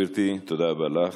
תודה רבה, גברתי, תודה רבה לך.